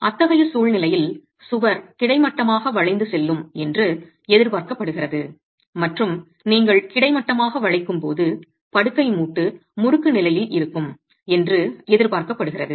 அத்தகைய சூழ்நிலையில் சுவர் கிடைமட்டமாக வளைந்து செல்லும் என்று எதிர்பார்க்கப்படுகிறது மற்றும் நீங்கள் கிடைமட்டமாக வளைக்கும் போது படுக்கை மூட்டு முறுக்கு நிலையில் இருக்கும் என்று எதிர்பார்க்கப்படுகிறது